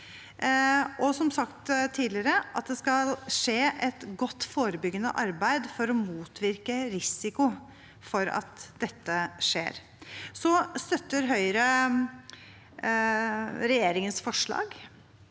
som sagt tidligere, at det skal skje et godt forebyggende arbeid for å motvirke risiko for at slikt skjer. Høyre støtter regjeringens forslag